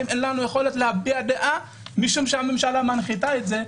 אין לנו יכולת להביע דעה משום שהממשלה מנחיתה את זה,